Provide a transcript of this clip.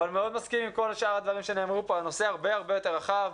אבל אני מסכים מאוד עם כל שאר הדברים שנאמרו פה הנושא הרבה יותר רחב.